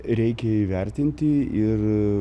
reikia įvertinti ir